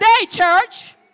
church